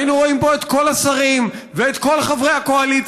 היינו רואים פה את כל השרים ואת כל חברי הקואליציה